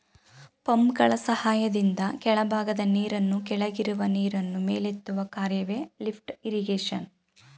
ಪಂಪ್ಗಳ ಸಹಾಯದಿಂದ ಕೆಳಭಾಗದ ನೀರನ್ನು ಕೆಳಗಿರುವ ನೀರನ್ನು ಮೇಲೆತ್ತುವ ಕಾರ್ಯವೆ ಲಿಫ್ಟ್ ಇರಿಗೇಶನ್